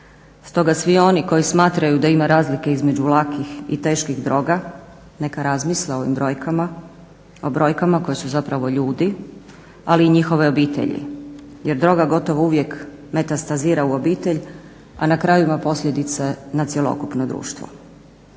stoga svi oni koji smatraju da ima razlike između lakih i teških droga neka razmisle o ovim brojkama, o brojkama koje su zapravo ljudi ali i njihove obitelji. Jel droga gotovo uvijek metastazira u obitelj, a na kraju ima posljedice na cjelokupno društvo.